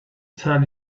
tell